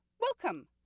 welcome